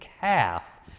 calf